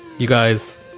you guys.